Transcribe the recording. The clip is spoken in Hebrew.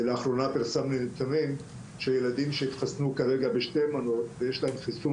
לאחרונה פרסמנו נתונים שילדים שהתחסנו כרגע בשתי מנות ויש להם חיסון